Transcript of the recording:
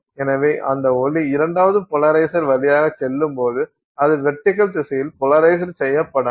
எனவே அந்த ஒளி இரண்டாவது போலரைசர் வழியாக செல்லும்போது அது வெர்டிகல் திசையில் போலராஸ்டு செய்யப்படாது